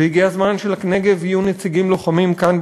והגיע הזמן שלנגב יהיו נציגים לוחמים כאן,